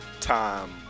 time